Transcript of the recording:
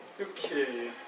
Okay